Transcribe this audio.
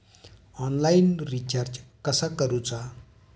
Online recharge कसा करूचा?